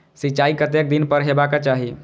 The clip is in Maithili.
सिंचाई कतेक दिन पर हेबाक चाही?